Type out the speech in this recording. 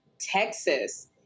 Texas